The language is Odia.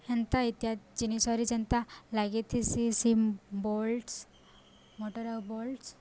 ହେନ୍ତା ଇତ୍ୟାଦି ଜିନିଷରେ ଯେନ୍ତା ଲାଗିଥିସି ସି ବୋଲ୍ଟସ୍ ମଟର୍ ଆଉ ବୋଲ୍ଟସ୍